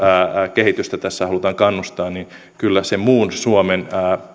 kehitystä tässä halutaan kannustaa niin kyllä täytyy ottaa huomioon muun suomen